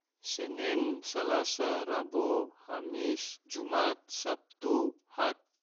Senen, salasa, rabo, hamis, jumat, sabtu, ahad